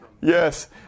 Yes